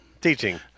teaching